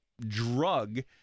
drug